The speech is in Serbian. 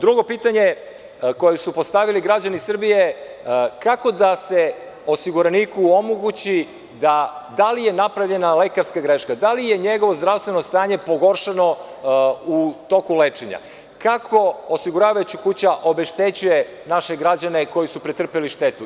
Drugo pitanje koje su postavili građani Srbije je kako da se osiguraniku omogući da ukoliko je napravljena lekarska greška ili je njegovo zdravstveno stanje pogoršano u toku lečenja, kako osiguravajuća kuća obeštećuje naše građane koji su pretrpeli štetu?